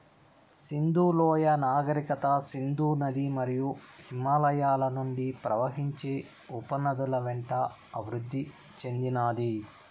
సింధు లోయ నాగరికత సింధు నది మరియు హిమాలయాల నుండి ప్రవహించే ఉపనదుల వెంట అభివృద్ది చెందినాది